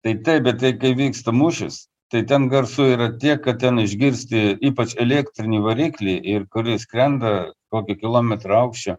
tai taip bet tai kai vyksta mūšis tai ten garsų yra tiek kad ten išgirsti ypač elektrinį variklį ir kuris skrenda kokį kilometrą aukščio